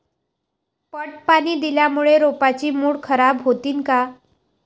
पट पाणी दिल्यामूळे रोपाची मुळ खराब होतीन काय?